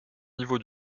niveau